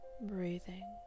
breathing